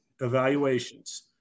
evaluations